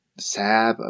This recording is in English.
sad